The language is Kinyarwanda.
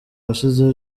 washize